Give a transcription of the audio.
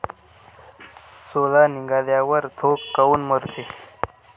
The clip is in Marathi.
सोला निघाल्यावर थो काऊन मरते?